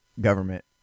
government